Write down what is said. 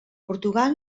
portugal